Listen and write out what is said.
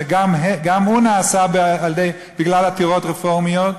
שגם הוא נעשה בגלל עתירות רפורמיות,